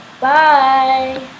bye